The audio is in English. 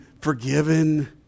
forgiven